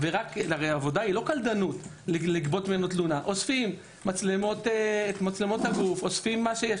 הרי העבודה של גביית התלונה היא לא קלדנות אוספים מצלמות גוף וכדומה.